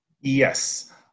Yes